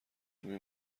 علمی